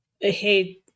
Hey